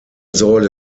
säule